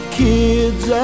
kids